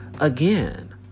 again